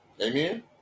Amen